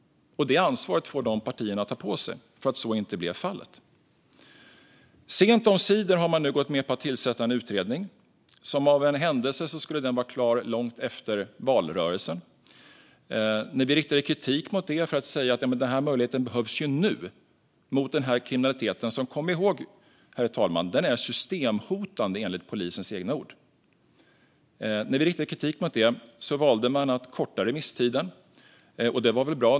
Ansvaret för att så inte blev fallet får de partierna ta på sig. Sent omsider har man nu gått med på att tillsätta en utredning. Som av en händelse skulle den vara klar långt efter valrörelsen. Vi riktade kritik mot detta och sa att möjligheten ju behövs nu mot den kriminalitet som - kom ihåg, herr talman - är systemhotande, för att använda polisens egna ord. När vi framförde den kritiken valde regeringen att korta remisstiden, och det var väl bra.